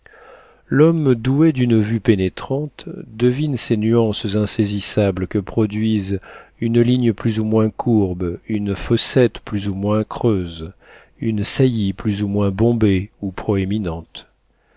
l'homme doué d'une vue pénétrante devine ces nuances insaisissables que produisent une ligne plus ou moins courbe une fossette plus ou moins creuse une saillie plus ou moins bombée ou proéminente